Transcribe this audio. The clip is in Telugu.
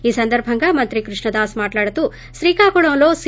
ఈ సందర్బంగా మంత్రి కృష్ణదాస్ మాట్లాడుతూ శ్రీకాకుళంలో సి